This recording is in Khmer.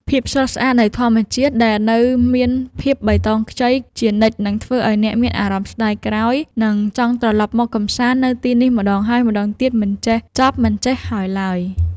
ភាពស្រស់ស្អាតនៃធម្មជាតិដែលនៅមានភាពបៃតងខ្ចីជានិច្ចនឹងធ្វើឱ្យអ្នកមានអារម្មណ៍ស្ដាយក្រោយ និង ចង់ត្រឡប់មកកម្សាន្តនៅទីនេះម្ដងហើយម្ដងទៀតមិនចេះចប់មិនចេះហើយឡើយ។